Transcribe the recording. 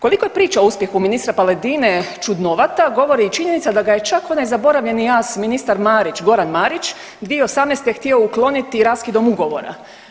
Koliko je priča o uspjehu ministra Paladine čudnovata govori i činjenica da ga je čak onaj zaboravljeni ministar Marić, Goran Marić 2018. htio ukloniti raskidom ugovora.